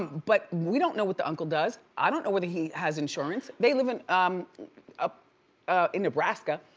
but we don't know what the uncle does. i don't know whether he has insurance. they live in um ah in nebraska.